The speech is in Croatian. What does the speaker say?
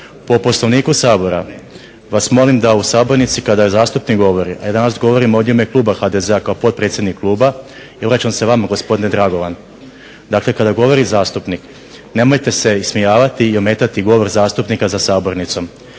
po Poslovniku sabora vas molim da u sabornici kada zastupnik govori, a danas govorim ovdje u ime kluba HDZ-a kao potpredsjednik kluba i obraćam se vama gospodine Dragovan, dakle kada govori zastupnik nemojte se ismijavati i ometati govor zastupnika za sabornicom.